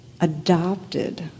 adopted